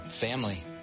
family